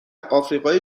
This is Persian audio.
آفریقای